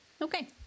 Okay